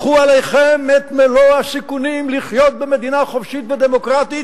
קחו עליכם את מלוא הסיכונים לחיות במדינה חופשית ודמוקרטית,